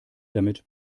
damit